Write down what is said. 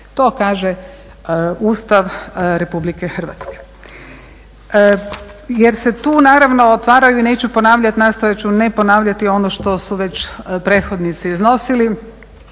To kaže Ustav Republike Hrvatske. Jer se tu naravno otvaraju i neću ponavljati, nastojati ću ne ponavljati ono što su već prethodnici iznosili